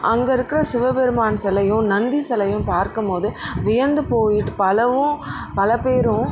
அங்கே இருக்கிற சிவா பெருமான் சிலையும் நந்தி சிலையும் பார்க்கும் போது வியந்து போயிட்டு பலவும் பல பேரும்